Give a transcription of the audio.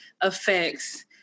affects